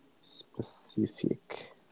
specific